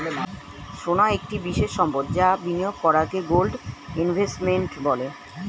সোনা একটি বিশেষ সম্পদ যা বিনিয়োগ করাকে গোল্ড ইনভেস্টমেন্ট বলে